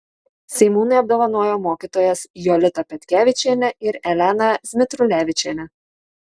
seimūnai apdovanojo mokytojas jolitą petkevičienę ir eleną zmitrulevičienę